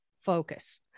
focus